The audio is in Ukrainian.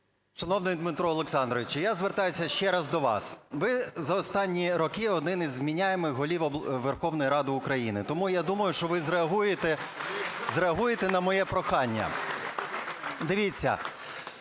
шановний Дмитре Олександровичу, я звертаюсь ще раз до вас. Ви за останні роки один із вменяемых голів Верховної Ради України. Тому я думаю, що ви зреагуєте на моє прохання. Дивіться,